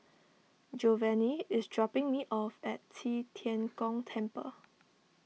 Giovanny is dropping me off at Qi Tian Gong Temple